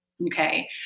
Okay